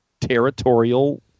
territorial